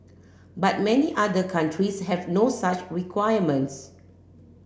but many other countries have no such requirements